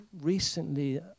recently